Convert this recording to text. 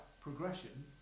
progression